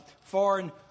foreign